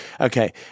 Okay